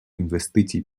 інвестицій